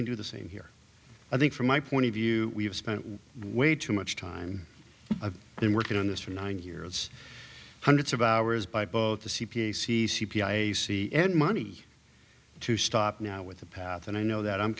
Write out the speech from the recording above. can do the same here i think from my point of view we've spent way too much time in working on this for nine years hundreds of hours by both the c p a c c p i a c and monies to stop now with the path and i know that i'm